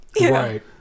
Right